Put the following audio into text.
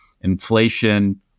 Inflation